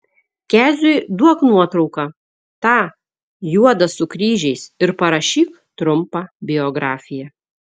keziui duok nuotrauką tą juodą su kryžiais ir parašyk trumpą biografiją